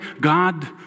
God